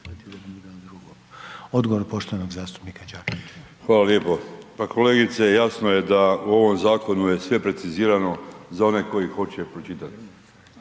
Hvala lijepo. Pa kolegice, jasno je da je u ovom zakonu je sve precizirano za one koji hoće pročitati.